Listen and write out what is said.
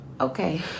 okay